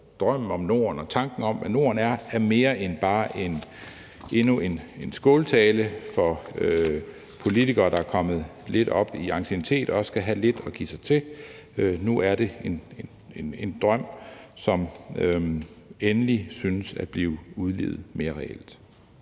drømmen om Norden og tanken om Norden som mere end bare endnu en skåltale for politikere, der er kommet lidt op i anciennitet, og som også skal have lidt at give sig til, endelig er en drøm, som synes at blive udlevet mere reelt.